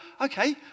okay